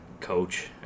Coach